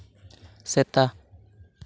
ᱥᱮᱛᱟ